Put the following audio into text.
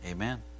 Amen